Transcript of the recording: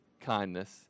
kindness